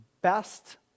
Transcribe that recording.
best